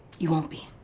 you won't be.